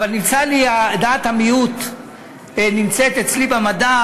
ודעת המיעוט נמצאת אצלי במדף,